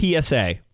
PSA